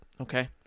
okay